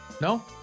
No